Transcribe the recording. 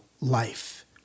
life